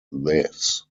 this